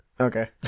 Okay